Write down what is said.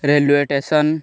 railway station